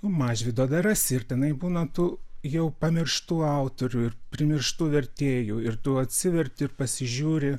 mažvydo dar rasi ir tenai būna tų jau pamirštų autorių ir primirštų vertėjų ir tu atsiverti pasižiūri